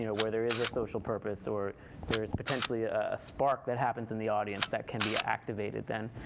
yeah where there is a social purpose or there is potentially a spark that happens in the audience that can be activated then,